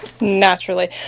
naturally